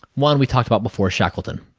one. we talked about before, shackleton.